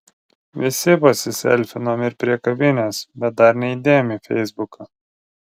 visi pasiselfinom ir prie kavinės bet dar neįdėjom į feisbuką